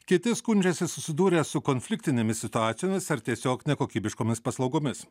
kiti skundžiasi susidūrę su konfliktinėmis situacijomis ar tiesiog nekokybiškomis paslaugomis